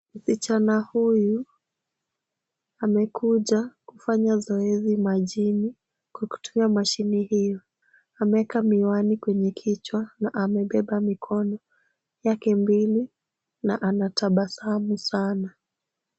Kijana huyu amekuja kufanya zoezi majini kwa kutumia mashine hio. Ameweka miwani kwenye kichwa na amebeba mikono yake mbili na anatabasamu sana.